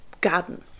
garden